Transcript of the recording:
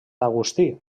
agustí